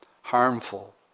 harmful